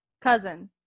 cousin